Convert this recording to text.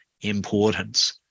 importance